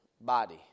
body